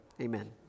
amen